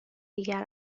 دیگر